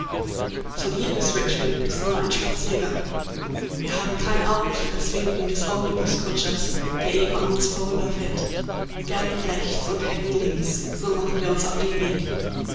von hier bis richmond ist nur ein spaziergang wir haben kein auge für das winken des omnibuskutschers der eben an uns vorüber fährt gärten rechts und hecken links so machen wir uns auf den weg